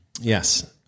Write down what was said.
Yes